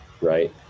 right